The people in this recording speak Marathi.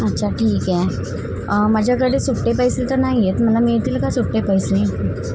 अच्छा ठीक आहे माझ्याकडे सुट्टे पैसे तर नाही येत मला मिळतील का सुट्टे पैसे